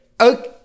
Okay